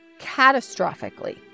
catastrophically